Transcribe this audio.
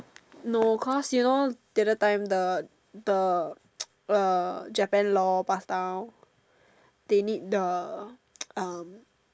no cause you know the other time the the uh Japan law pass down they need the um